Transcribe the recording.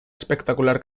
espectacular